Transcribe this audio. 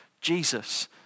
Jesus